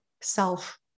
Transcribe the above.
self